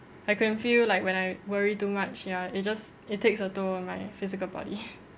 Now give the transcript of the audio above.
I can feel like when I worry too much ya it just it takes a toll on my physical body